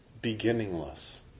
beginningless